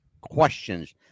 questions